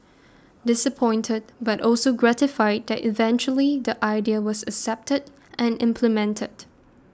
disappointed but also gratified that eventually the idea was accepted and implemented